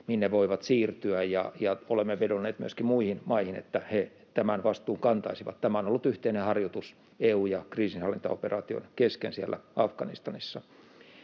minne voivat siirtyä. Ja olemme vedonneet myöskin muihin maihin, että he tämän vastuun kantaisivat. Tämä on ollut yhteinen harjoitus EU:n ja kriisinhallintaoperaation kesken siellä Afganistanissa.